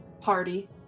Party